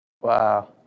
Wow